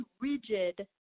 rigid